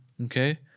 Okay